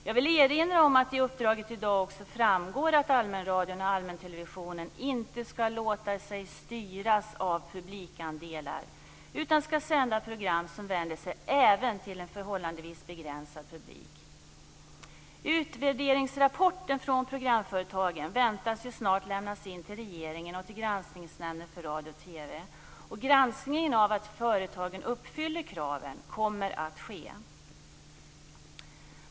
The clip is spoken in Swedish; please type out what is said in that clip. Jag vill erinra om att det i uppdraget i dag också framgår att allmänradion och allmäntelevisionen inte skall låta sig styras av publikandelar, utan att de skall sända program som vänder sig även till en förhållandevis begränsad publik. Utvärderingsrapporten från programföretagen väntas snart lämnas in till regeringen och till Granskningsnämnden för radio och TV. Granskningen av att företagen uppfyller kraven kommer att ske.